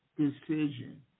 decision